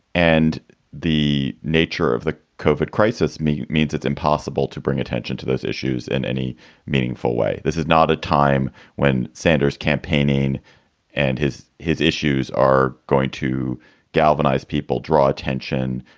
and the nature of the covert crisis means means it's impossible to bring attention to those issues in any meaningful way. this is not a time when sanders campaigning and his his issues are going to galvanize people, draw attention,